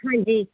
ਹਾਂਜੀ